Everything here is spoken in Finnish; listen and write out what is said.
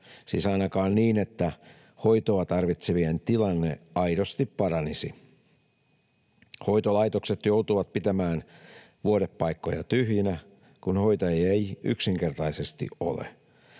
siis ainakaan niin, että hoitoa tarvitsevien tilanne aidosti paranisi. Hoitolaitokset joutuvat pitämään vuodepaikkoja tyhjinä, kun hoitajia ei yksinkertaisesti ole.